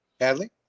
Adley